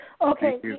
Okay